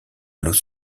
los